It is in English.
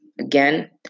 Again